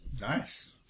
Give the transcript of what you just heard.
Nice